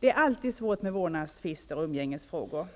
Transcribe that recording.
Det är alltid svårt med vårdnadstvister och umgängesfrågor.